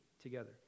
together